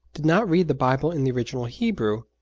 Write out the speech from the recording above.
did not read the bible in the original hebrew,